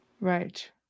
right